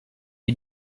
you